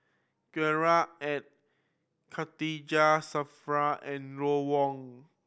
Gerard Ee Khatijah Surattee and Ron Wong